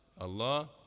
Allah